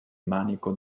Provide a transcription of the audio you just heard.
manico